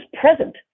present